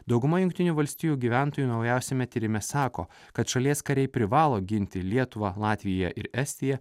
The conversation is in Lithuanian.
dauguma jungtinių valstijų gyventojų naujausiame tyrime sako kad šalies kariai privalo ginti lietuvą latviją ir estiją